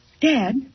Dad